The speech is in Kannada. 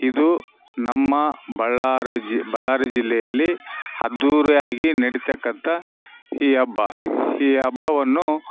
ಇದು ನಮ್ಮ ಬಳ್ಳಾರಿ ಜಿ ಬಳ್ಳಾರಿ ಜಿಲ್ಲೆಯಲ್ಲಿ ಅದ್ದೂರಿಯಾಗಿ ನಡಿತಕ್ಕಂಥ ಈ ಹಬ್ಬ ಈ ಹಬ್ಬವನ್ನು